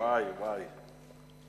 וואי, וואי.